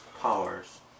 powers